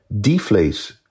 deflate